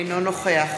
אינו נוכח